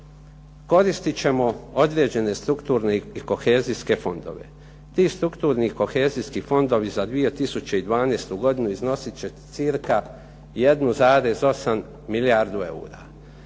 koristit ćemo određene strukturne i kohezijske fondove. Ti strukturni i kohezijski fondovi za 2012. godinu iznosit će cca 1,8 milijardu eura.